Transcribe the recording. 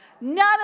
None